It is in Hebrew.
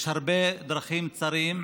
יש הרבה דרכים צרות